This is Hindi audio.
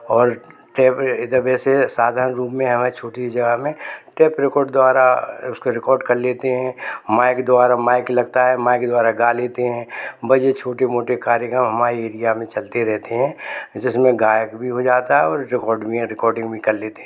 और साधारण रूम में हमें छोटी सी जगह में टेप रिकॉर्ड द्वारा अ उसको रिकॉर्ड कर लेते हैं माइक द्वारा माइक लगता है माइक द्वारा गा लेते हैं बजे छोटे मोटे कार्यक्रम हमारे एरिया में चलते रहते हैं जिसमें गायक भी हो जाता है और रिकॉर्डिंग भी कर लेते हैं